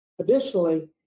Additionally